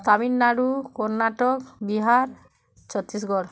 Tamil Nadu Karnataka Bihar Chhattisgarh